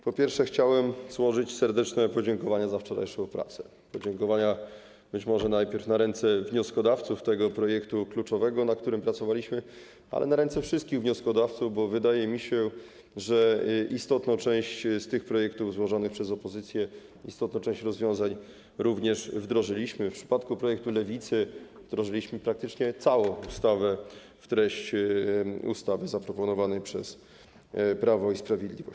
Po pierwsze, chciałem złożyć serdeczne podziękowania za wczorajszą pracę, podziękowania być może najpierw na ręce wnioskodawców tego projektu kluczowego, nad którym pracowaliśmy, ale i na ręce wszystkich wnioskodawców, bo wydaje mi się, że istotną część z tych projektów złożonych przez opozycję, istotną część rozwiązań również wdrożyliśmy, w przypadku projektu Lewicy wdrożyliśmy praktycznie całą ustawę w treść ustawy zaproponowanej przez Prawo i Sprawiedliwość.